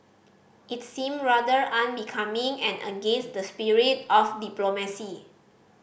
it seemed rather unbecoming and against the spirit of diplomacy